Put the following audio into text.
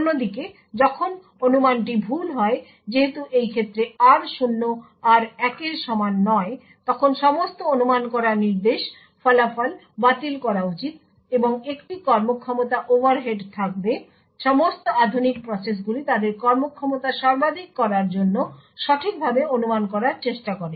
অন্যদিকে যখন অনুমানটি ভুল হয় যেহেতু এই ক্ষেত্রে r0 r1 এর সমান নয় তখন সমস্ত অনুমান করা নির্দেশ ফলাফল বাতিল করা উচিত এবং একটি কর্মক্ষমতা ওভারহেড থাকবে সমস্ত আধুনিক প্রসেসগুলি তাদের কর্মক্ষমতা সর্বাধিক করার জন্য সঠিকভাবে অনুমান করার চেষ্টা করে